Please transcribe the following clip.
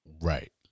Right